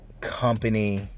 company